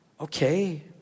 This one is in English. Okay